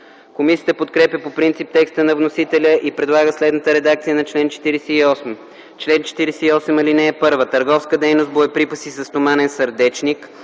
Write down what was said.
Комисията подкрепя по принцип текста на вносителя и предлага следната редакция на чл. 48: “Чл. 48. (1) Търговска дейност с боеприпаси със стоманен сърдечник,